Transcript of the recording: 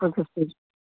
okay sir